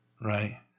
right